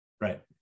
Right